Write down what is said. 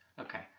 Okay